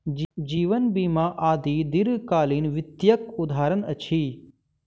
जीवन बीमा आदि दीर्घकालीन वित्तक उदहारण अछि